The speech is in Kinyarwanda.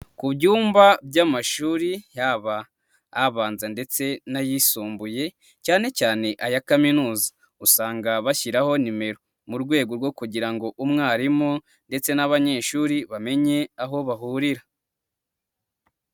Ku byumba by'amashuri yaba abanza ndetse n'ayisumbuye cyane cyane aya kaminuza, usanga bashyiraho nimero mu rwego rwo kugira ngo umwarimu ndetse n'abanyeshuri bamenye aho bahurira.